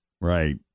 Right